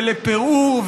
לפיאור,